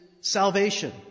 salvation